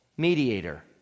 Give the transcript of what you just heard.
Mediator